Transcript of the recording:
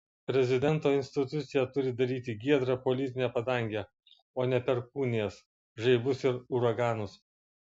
prezidento institucija turi daryti giedrą politinę padangę o ne perkūnijas žaibus ir uraganus